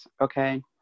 okay